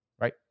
Right